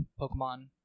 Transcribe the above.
Pokemon